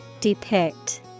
Depict